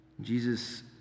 Jesus